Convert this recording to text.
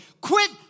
Quit